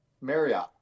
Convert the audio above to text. Marriott